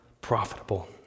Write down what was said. profitable